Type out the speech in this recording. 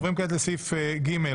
סעיף ג'.